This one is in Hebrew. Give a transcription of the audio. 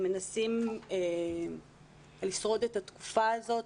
הם מנסים לשרוד את התקופה הזאת.